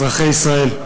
אזרחי ישראל,